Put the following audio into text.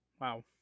Wow